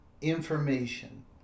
information